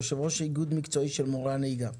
יושב ראש איגוד מקצועי של מורי הנהיגה.